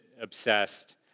obsessed